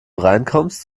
reinkommst